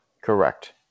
Correct